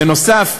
בנוסף,